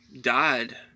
died